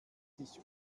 sich